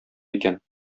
икән